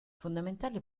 fondamentale